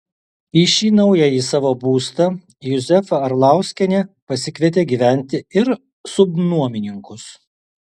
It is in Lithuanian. į šį naująjį savo būstą juzefa arlauskienė pasikvietė gyventi ir subnuomininkus